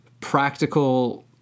practical